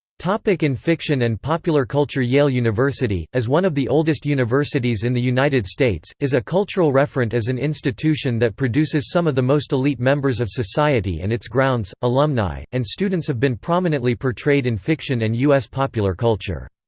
in fiction and popular culture yale university, as one of the oldest universities in the united states, is a cultural referent as an institution that produces some of the most elite members of society and its grounds, alumni, and students have been prominently portrayed in fiction and u s. popular culture.